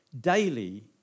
daily